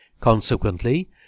Consequently